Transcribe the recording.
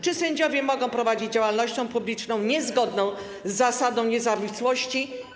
Czy sędziowie mogą prowadzić działalność publiczną niezgodną z zasadą niezawisłości?